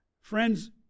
Friends